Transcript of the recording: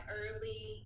early